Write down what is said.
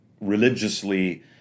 religiously